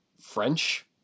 French